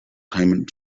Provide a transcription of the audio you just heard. climate